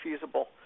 feasible